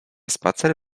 spacer